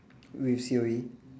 with C_O_E